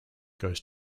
goes